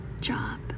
job